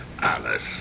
Alice